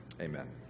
Amen